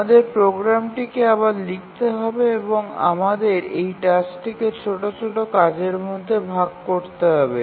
আমাদের প্রোগ্রামটিকে আবার লিখতে হবে এবং আমাদের এই টাস্কটিকে ছোট ছোট কাজের মধ্যে ভাগ করতে হবে